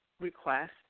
request